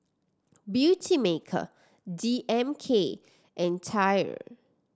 Beautymaker D M K and TYR